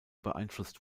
beeinflusst